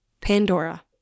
Pandora